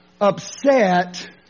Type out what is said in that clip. upset